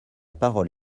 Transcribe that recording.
parole